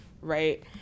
right